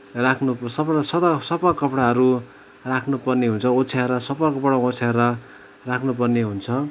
राख्नु सफडा सदा सफा कपडाहरू राख्नुपर्ने हुन्छ ओछ्याएर सफा कपडा ओछ्याएर राख्नुपर्ने हुन्छ